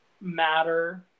matter